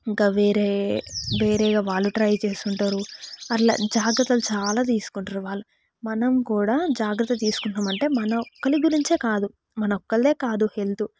ఇంకా వేరే వేరేగా వాళ్ళు ట్రై చేస్తుంటారు అట్లా జాగ్రత్తలు చాలా తీసుకుంటారు వాళ్ళు మనం కూడా జాగ్రత్త తీసుకున్నాం అంటే మన ఒక్కరి గురించే కాదు మన ఒక్కరిదే కాదు హెల్తు